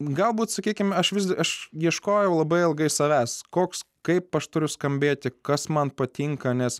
galbūt sakykim aš vis aš ieškojau labai ilgai savęs koks kaip aš turiu skambėti kas man patinka nes